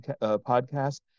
podcast